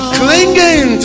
clinging